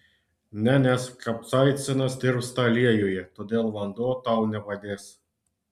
ne nes kapsaicinas tirpsta aliejuje todėl vanduo tau nepadės